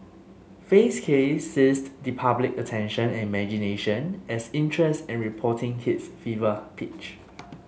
Fay's case seized the public's attention and imagination as interest and reporting hit fever pitch